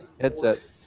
headset